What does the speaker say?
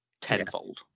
tenfold